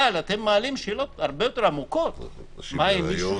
אבל אתם מעלים שאלות הרבה יותר עמוקות מה עם מישהו